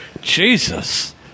Jesus